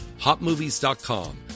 HotMovies.com